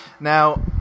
Now